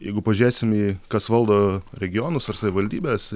jeigu pažiūrėsim į kas valdo regionus ar savivaldybes